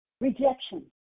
Rejection